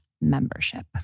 membership